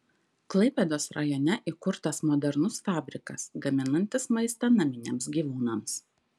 klaipėdos rajone įkurtas modernus fabrikas gaminantis maistą naminiams gyvūnams